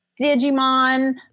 Digimon